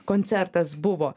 koncertas buvo